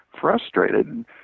frustrated